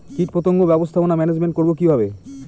কীটপতঙ্গ ব্যবস্থাপনা ম্যানেজমেন্ট করব কিভাবে?